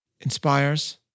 inspires